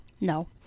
No